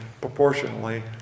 proportionally